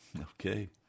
Okay